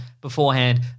beforehand